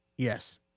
yes